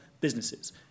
businesses